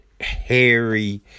hairy